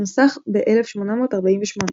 נוסח ב-1848.